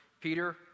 Peter